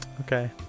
okay